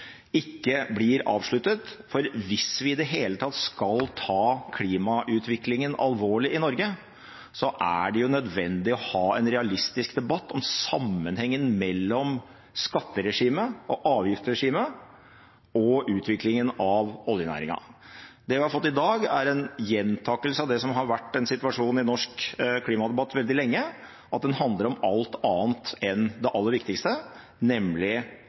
ikke blir avsluttet, for hvis vi i det hele tatt skal ta klimautviklingen alvorlig i Norge, er det nødvendig å ha en realistisk debatt om sammenhengen mellom skatteregimet og avgiftsregimet og utviklingen av oljenæringen. Det vi har fått i dag, er en gjentagelse av det som har vært en situasjon i norsk klimadebatt veldig lenge, at den handler om alt annet enn det aller viktigste, nemlig